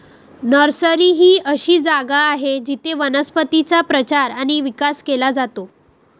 nursery ही अशी जागा आहे जिथे वनस्पतींचा प्रचार आणि विकास केला जातो